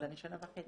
אז אני שנה וחצי.